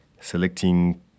selecting